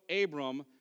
Abram